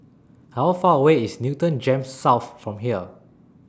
How Far away IS Newton Gems South from here